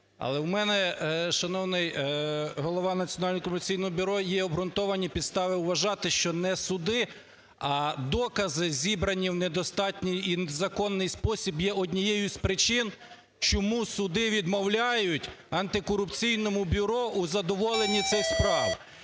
Але в мене, шановний голова Національного антикорупційного бюро є обґрунтовані підстави вважати, що не суди, а докази зібрані в недостатній і законний спосіб є однією із причин чому суди відмовляють Антикорупційному бюро у задоволені цих справ.